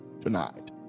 tonight